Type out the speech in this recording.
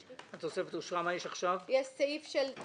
אין התוספת שעוסקת בהון העצמי,